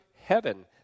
heaven